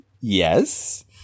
yes